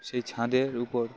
সেই ছাদের উপর